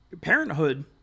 parenthood